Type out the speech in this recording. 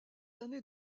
années